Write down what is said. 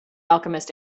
alchemist